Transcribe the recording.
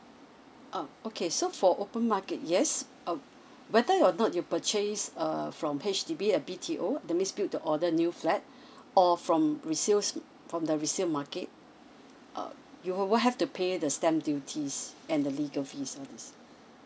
uh okay so for open market yes uh whether or not you purchase err from H_D_B a B_T_O that means build to order new flat or from resales mm from the resale market uh you will will have to pay the stamp duty and the legal fees all this